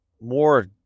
more